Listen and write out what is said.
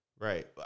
Right